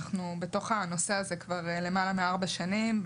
אנחנו בתוך הנושא הזה כבר למעלה מארבע שנים,